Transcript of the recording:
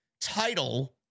title